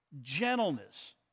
gentleness